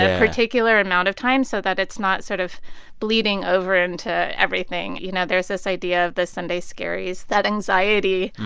ah particular amount of time so that it's not sort of bleeding over into everything. you know, there's this idea of the sunday scaries that anxiety.